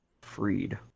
Freed